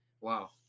Wow